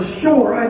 sure